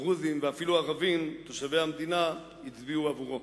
דרוזים ואפילו ערבים תושבי המדינה הצביעו בעדו.